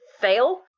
fail